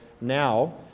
Now